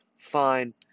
fine